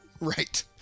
Right